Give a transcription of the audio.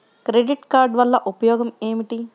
Credit card వల్ల ఉపయోగం ఏమిటీ?